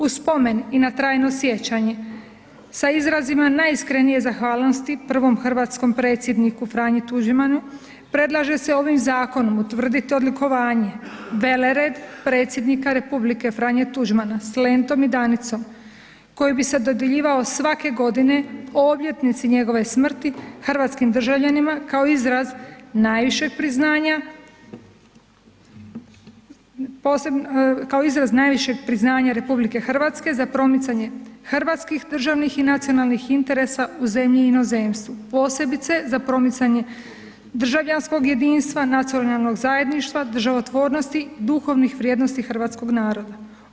U spomen i na trajno sjećanje, sa izrazima najiskrenije zahvalnosti prvom hrvatskom Predsjedniku Franji Tuđmanu, predlaže se ovim zakonom utvrditi odlikovanje velered Predsjednika Republike Franje Tuđmana sa lentom i Danicom koji bi se dodjeljivao svake godine po obljetnici njegove smrti hrvatskim državljanima kao izraz najvišeg priznanja RH za promicanje hrvatskih, državnih i nacionalnih interesa u zemlji i inozemstvu posebice za promicanje državljanskog jedinstva, nacionalnog zajedništva, državotvornosti, duhovnih vrijednosti hrvatskog naroda.